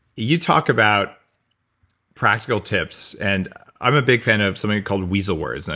you talk about practical tips and i'm a big fan of something called weasel words. and